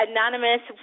Anonymous